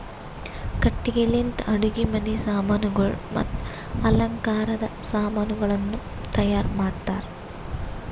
ಕಟ್ಟಿಗಿ ಲಿಂತ್ ಅಡುಗಿ ಮನಿ ಸಾಮಾನಗೊಳ್ ಮತ್ತ ಅಲಂಕಾರದ್ ಸಾಮಾನಗೊಳನು ತೈಯಾರ್ ಮಾಡ್ತಾರ್